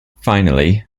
finally